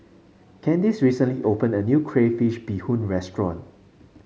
Candice recently opened a new Crayfish Beehoon Restaurant